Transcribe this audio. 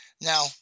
Now